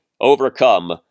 overcome